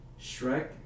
Shrek